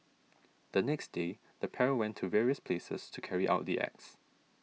the next day the pair went to various places to carry out the acts